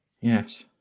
Yes